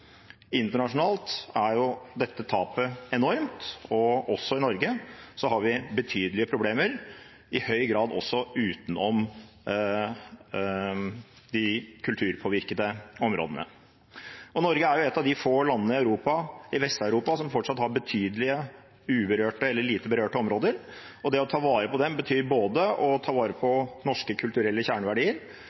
Internasjonalt er dette tapet enormt, og også i Norge har vi betydelige problemer, i høy grad også utenom de kulturpåvirkede områdene. Norge er et av de få landene i Vest-Europa som fortsatt har betydelige uberørte eller lite berørte områder, og det å ta vare på dem betyr både å ta vare på norske kulturelle kjerneverdier,